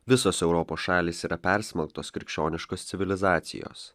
visos europos šalys yra persmelktos krikščioniškos civilizacijos